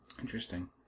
Interesting